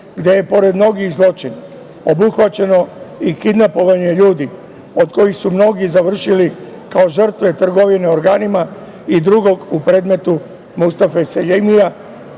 gde je pored mnogih zločina obuhvaćeno i kidnapovanje ljudi od kojih su mnogi završili kao žrtve trgovine organima i drugog u predmetu Mustafe Seljemija. Lični